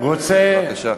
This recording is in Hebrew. רוצה